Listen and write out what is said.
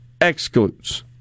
excludes